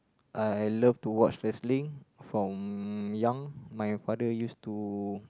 I love to watch wrestling from young my father use to